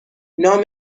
نام